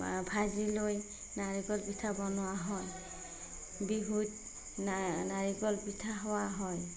ভাজি লৈ নাৰিকল পিঠা বনোৱা হয় বিহুত নাৰিকল পিঠা খোৱা হয়